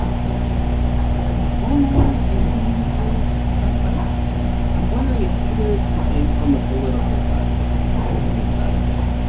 he has hired his own lawyers. and he will try to fight this, too i'm wondering if either of you think on the political side of this, on the public opinion side of this,